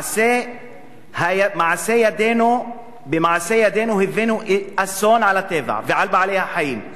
במעשה ידינו הבאנו אסון על הטבע ועל בעלי-החיים,